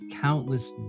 countless